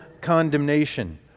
condemnation